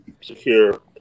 secure